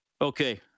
okay